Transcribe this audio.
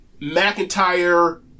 McIntyre